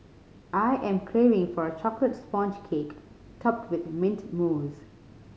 I am craving for a chocolate sponge cake topped with mint mousse